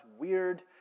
weird